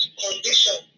condition